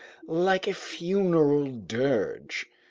like a funeral dirge.